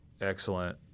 excellent